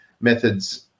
methods